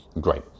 Great